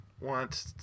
want